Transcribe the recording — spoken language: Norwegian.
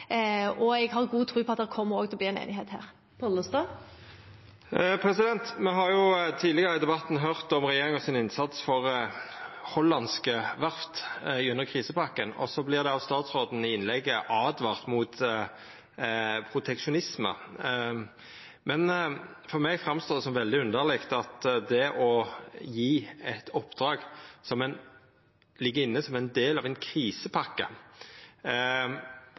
og jeg har god tro på at det kommer til å bli en enighet her. Tidlegare i debatten har me høyrt om regjeringa sin innsats for hollandske verft gjennom krisepakken. Så vart det av statsråden i innlegget åtvara mot proteksjonisme. Men for meg står det fram som veldig underleg at det å gje eit oppdrag som ligg inne som ein del av ein krisepakke,